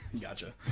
Gotcha